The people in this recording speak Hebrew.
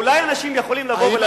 אולי אנשים יכולים לבוא ולהגיד,